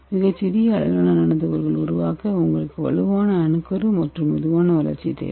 மிகச் சிறிய அளவிலான நானோ துகள்களை உருவாக்க உங்களுக்கு வலுவான அணுக்கரு மற்றும் மெதுவான வளர்ச்சி தேவை